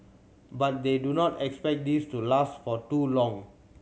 but they do not expect this to last for too long